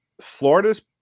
Florida's